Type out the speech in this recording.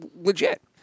legit